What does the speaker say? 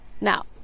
Now